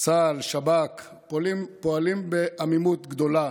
צה"ל ושב"כ פועלים בעמימות גדולה